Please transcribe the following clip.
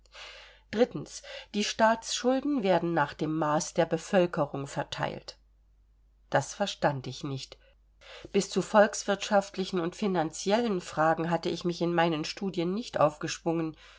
die staatsschulden werden nach dem maß der bevölkerung verteilt das verstand ich nicht bis zu volkswirtschaftlichen und finanziellen fragen hatte ich mich in meinen studien nicht aufgeschwungen